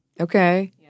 Okay